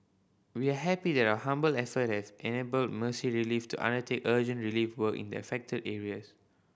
we are happy that our humble effort has enabled Mercy Relief to undertake urgent relief work in the affected areas